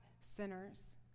sinners